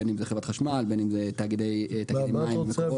בין אם זה חברת חשמל ובין אם זה תאגידי מים וחברות.